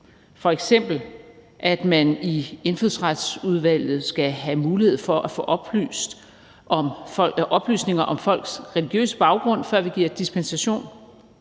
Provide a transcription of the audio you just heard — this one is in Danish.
f.eks. at man i Indfødsretsudvalget skal have mulighed for at få oplysninger om folks religiøse baggrund, før vi giver dispensation,